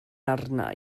arna